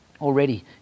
already